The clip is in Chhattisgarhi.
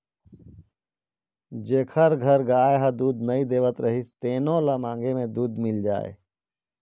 जेखर घर गाय ह दूद नइ देवत रहिस तेनो ल मांगे म दूद मिल जाए